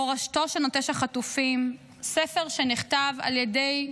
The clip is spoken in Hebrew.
מורשתו של נוטש החטופים", ספר שנכתב על ידי